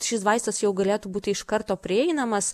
šis vaistas jau galėtų būti iš karto prieinamas